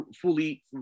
fully